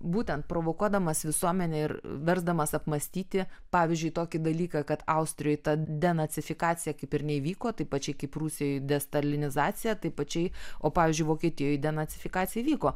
būtent provokuodamas visuomenę ir versdamas apmąstyti pavyzdžiui tokį dalyką kad austrijoj ta denacifikacija kaip ir neįvyko taip pačiai kaip prūsijoj destalinizacija taip pačiai o pavyzdžiui vokietijoje denacifikacija vyko